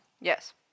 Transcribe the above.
Yes